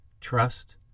trust